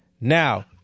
Now